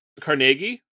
Carnegie